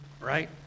right